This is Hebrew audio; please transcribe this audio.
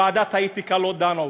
ועדת האתיקה לא דנה אותו.